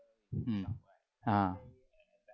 mm ah